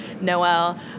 Noel